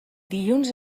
dilluns